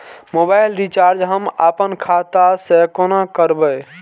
Mobile recharge हम आपन खाता से कोना करबै?